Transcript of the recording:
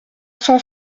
cent